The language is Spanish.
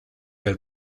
del